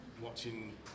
watching